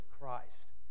Christ